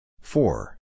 Four